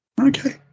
okay